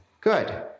Good